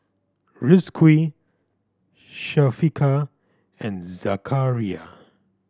Rizqi Syafiqah and Zakaria